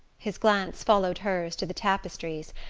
his glance followed hers to the tapestries,